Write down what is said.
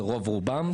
זה רוב רובם.